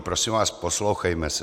Prosím vás, poslouchejme se.